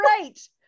great